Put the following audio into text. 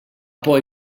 poi